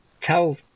tell